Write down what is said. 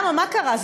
למה, מה קרה?